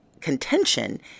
contention